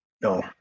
no